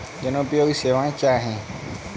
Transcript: जनोपयोगी सेवाएँ क्या हैं?